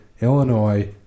Illinois